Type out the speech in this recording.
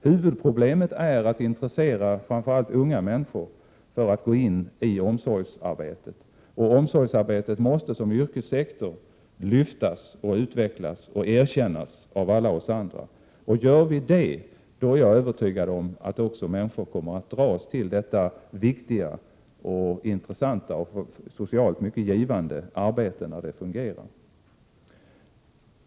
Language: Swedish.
Huvudproblemet är att intressera framför allt unga människor för att gå in i omsorgsarbetet, och omsorgsarbetet måste som yrkessektor lyftas, utvecklas och erkännas av alla oss andra. Sker det är jag övertygad om att människor också kommer att dras till detta viktiga, intressanta och socialt mycket givande arbete, när det fungerar.